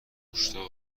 مشتاق